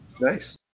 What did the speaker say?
Nice